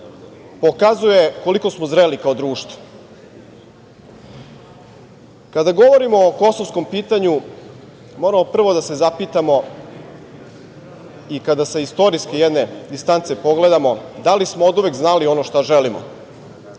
pokazuje koliko smo zreli kao društvo. Kada govorimo o kosovskom pitanju, moramo prvo da se zapitamo i kada sa istorijske jedne distance pogledamo, da li smo oduvek znali ono šta želimo?